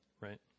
Right